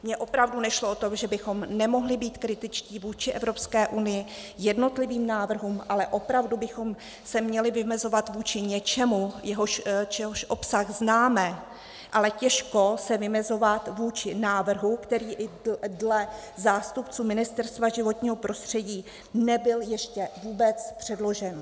Mně opravdu nešlo o to, že bychom nemohli být kritičtí vůči Evropské unii, jednotlivým návrhům, ale opravdu bychom se měli vymezovat vůči něčemu, čehož obsah známe, ale těžko se vymezovat vůči návrhu, který i dle zástupců Ministerstva životního prostředí nebyl ještě vůbec předložen.